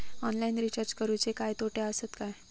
Online recharge करुचे काय तोटे आसत काय?